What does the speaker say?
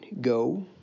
go